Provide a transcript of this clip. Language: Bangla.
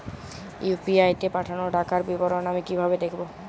ইউ.পি.আই তে পাঠানো টাকার বিবরণ আমি কিভাবে দেখবো?